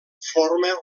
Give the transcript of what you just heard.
forma